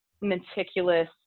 meticulous